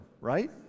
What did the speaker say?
right